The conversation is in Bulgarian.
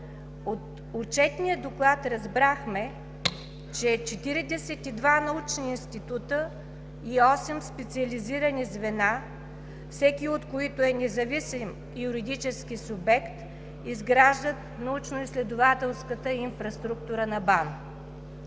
От Отчетния доклад разбрахме, че 42 научни института и 8 специализирани звена, всеки от които е независим юридически субект, изграждат научноизследователската инфраструктура на БАН.